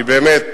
שהיא באמת